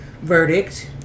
verdict